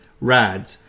RADs